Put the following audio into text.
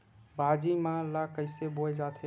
भाजी मन ला कइसे बोए जाथे?